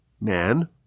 man